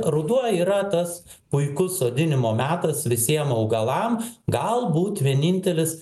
ruduo yra tas puikus sodinimo metas visiem augalam galbūt vienintelis